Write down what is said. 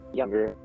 younger